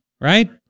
right